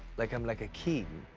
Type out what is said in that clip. like i'm like a king,